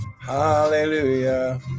Hallelujah